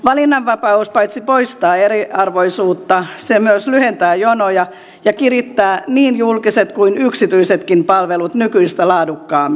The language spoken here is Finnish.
valinnanvapaus paitsi poistaa eriarvoisuutta myös lyhentää jonoja ja kirittää niin julkiset kuin yksityisetkin palvelut nykyistä laadukkaammiksi